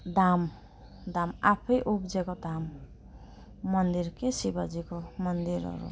धाम आफै उब्जिएको धाम मन्दिर के शिवजीको मन्दिर हो